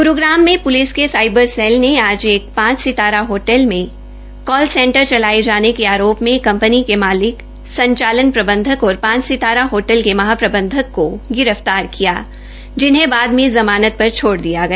ग्रूग्राम में पलिस के cyber cell ने आज एक पांच सितारा होटल में कॉल सेंटर चलाये जाने के आरोप में कंपनी के मालिक संचालन प्रबंधक और पांच सितारा होटल के महाप्रबंधक को गिरफ्तार किया जिन्हें बाद में ज़मानत पर छोड़ दिया गया